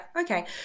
okay